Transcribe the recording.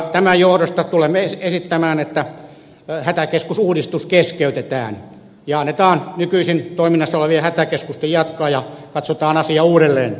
tämän johdosta tulemme esittämään että hätäkeskusuudistus keskeytetään ja annetaan nykyisin toiminnassa olevien hätäkeskusten jatkaa ja katsotaan asia uudelleen